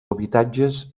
habitatges